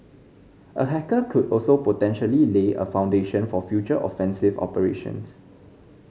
a hacker could also potentially lay a foundation for future offensive operations